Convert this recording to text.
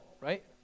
right